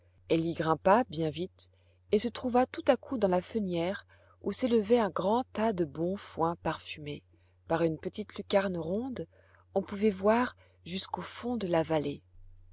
y grimpa bien vite et se trouva tout à coup dans la fenière où s'élevait un grand tas de bon foin parfumé par une petite lucarne ronde on pouvait voir jusqu'au fond de la vallée